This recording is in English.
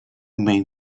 main